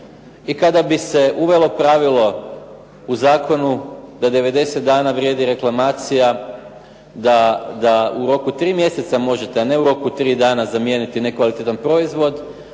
I kada bi se uvelo pravilo u zakonu da 90 dana vrijedi reklamacija, da u roku 3 mjeseca možete, a ne u roku od 3 dana zamijeniti nekvalitetan proizvod